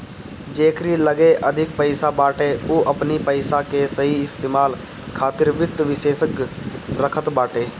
जेकरी लगे अधिक पईसा बाटे उ अपनी पईसा के सही इस्तेमाल खातिर वित्त विशेषज्ञ रखत बाटे